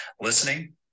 listening